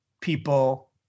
people